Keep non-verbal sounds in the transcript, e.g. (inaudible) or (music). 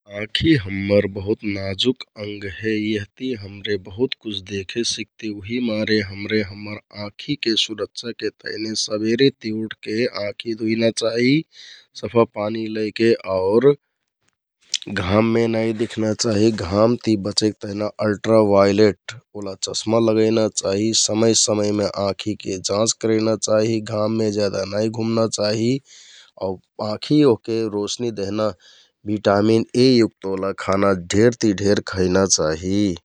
आँखि हम्मर बहुत नाजुक अँट हे यहति हमरे बहुत कुछ देखे सिकति उहिक मारे हमरे हम्मर आँखिके सुरक्षाके तहनि सबेरेति उठके आँखि धुइना चाहि (noise) सफा पानी लैके आउर (noise) घाममे नाइ (noise) नाइ दिखना चाहि । घामति बचेक तहनि अलट्रावाइलेटओला चश्मा लगैना चाहि, समय समयमे आँखीके जाँच करैना चाहि । घाममे जेदा नाइ घुमना चाहि आउ आँखि ओहके रोशनी देहना बिटामिन ए युक्त दहना खाना ढेरति ढेर खैना चाहि ।